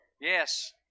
Yes